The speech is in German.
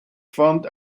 fand